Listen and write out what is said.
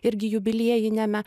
irgi jubiliejiniame